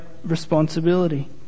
Responsibility